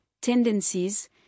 tendencies